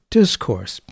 discourse